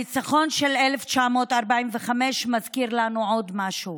הניצחון של 1945 מזכיר לנו עוד משהו,